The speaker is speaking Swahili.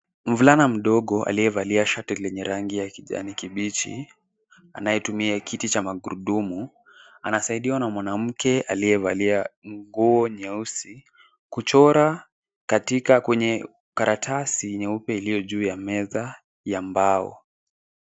Mvulana mdogo aliye valia shati lenye rangi ya kijani kibichi anaye tumia kiti cha magurudumu anasaidiwa na mwanamke aliye valia nguo nyeusi. Kuchora katika kwenye karatasi nyeupe iliyo juu ya meza ya mbao.